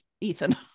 Ethan